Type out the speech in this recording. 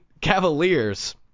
Cavaliers